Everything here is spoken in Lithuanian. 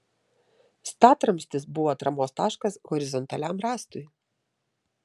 statramstis buvo atramos taškas horizontaliam rąstui